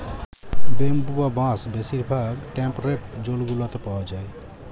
bamboo বা বাঁশ বেশির ভাগ টেম্পরেট জোল গুলাতে পাউয়া যায়